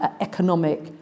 economic